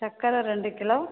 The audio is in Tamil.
சர்க்கர ரெண்டு கிலோ